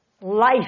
Life